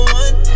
one